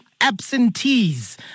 absentees